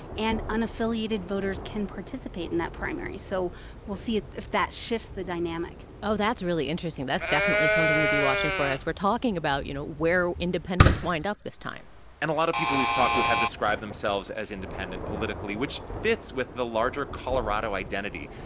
and unaffiliated voters can participate in that primary. so we'll see if that shifts the dynamic oh, that's really interesting. that's definitely something to be watching for as we're talking about, you know, where independents wind up this time and a lot of people we've talked to have described themselves as independent politically, which fits with the larger colorado identity.